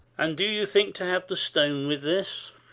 and do you think to have the stone with this?